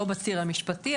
לא בציר המשפטי,